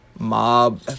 Mob